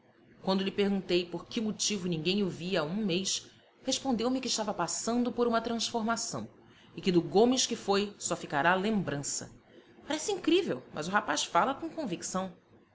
quando lhe perguntei por que motivo ninguém o via há um mês respondeu-me que estava passando por uma transformação e que do gomes que foi só ficará lembrança parece incrível mas o rapaz fala com convicção